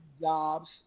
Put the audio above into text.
jobs